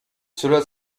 cela